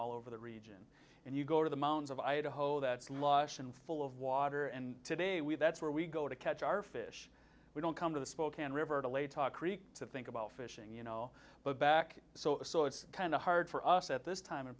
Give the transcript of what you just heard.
all over the region and you go to the mountains of idaho that's lush and full of water and today we that's where we go to catch our fish we don't come to the spokane river to lay talk to think about fishing you know but back so it's kind of hard for us at this time and